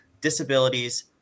disabilities